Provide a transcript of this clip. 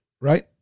right